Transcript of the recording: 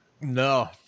no